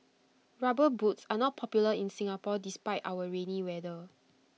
rubber boots are not popular in Singapore despite our rainy weather